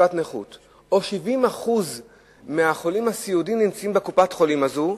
וקצבת נכות או 70% מהחולים הסיעודיים נמצאים בקופת-החולים הזאת,